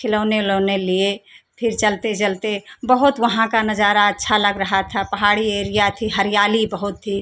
खिलौने उलौने लिए फिर चलते चलते बहुत वहां का नजारा अच्छा लग रहा था पहाड़ी एरिया थी हरियाली बहुत थी